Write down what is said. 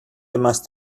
must